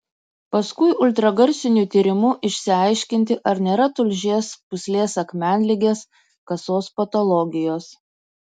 paskui ultragarsiniu tyrimu išsiaiškinti ar nėra tulžies pūslės akmenligės kasos patologijos